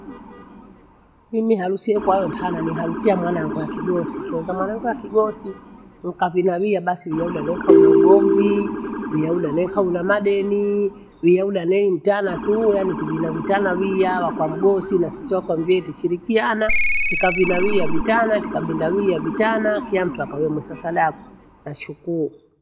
Mimi harusi yekwayo nihana niharusi ya mwanangu wakigosi. Nkihonga mwanangu akigosi nkavigawia basi ilole lokhaa una ugomvii, huya ula lefo hauna madenii. Nieuda nei mtana tuu yaani tijinavitana wiyaa wakwa mghosi na sisi wakwamvia etishirikiana tikavigawia vitana. Kikabinda wiya vitana kiya mtu akaweme sasa dako nashukuru.